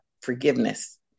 forgiveness